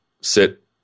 sit